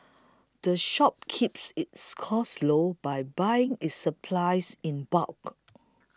the shop keeps its costs low by buying its supplies in bulk